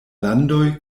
landoj